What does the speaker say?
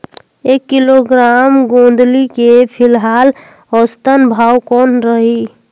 एक किलोग्राम गोंदली के फिलहाल औसतन भाव कौन रही?